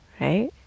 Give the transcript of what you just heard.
right